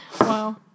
Wow